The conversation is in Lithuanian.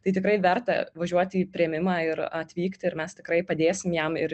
tai tikrai verta važiuoti į priėmimą ir atvykti ir mes tikrai padėsim jam ir